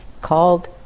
called